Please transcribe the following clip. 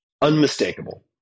unmistakable